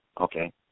Okay